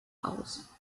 aus